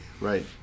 Right